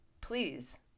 please